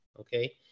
okay